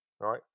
right